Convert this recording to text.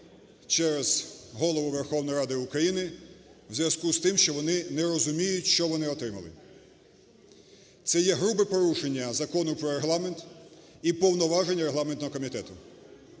через Голову Верховної Ради України у зв'язку з тим, що вони не розуміють, що вони отримали. Це є грубе порушення Закону про Регламент і повноважень регламентного комітету.